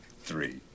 Three